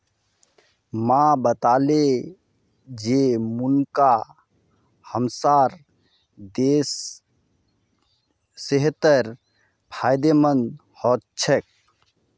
माँ बताले जे मुनक्का हमसार सेहतेर फायदेमंद ह छेक